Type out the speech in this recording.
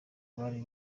bari